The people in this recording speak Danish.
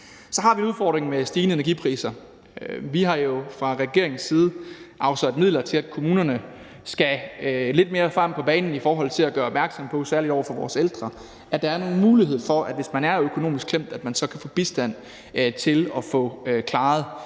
Så har vi udfordringen med stigende energipriser. Vi har jo fra regeringens side afsat midler til, at kommunerne skal lidt mere frem på banen i forhold til at gøre opmærksom på – det er særlig over for vores ældre – at der nu er en mulighed for, at man, hvis man er økonomisk klemt, kan få bistand til at få klaret